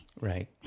Right